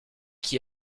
qui